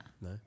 No